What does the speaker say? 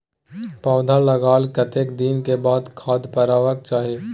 पौधा लागलाक कतेक दिन के बाद खाद परबाक चाही?